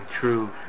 true